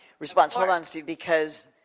response, hold on, steve, because